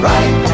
Right